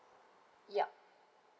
yup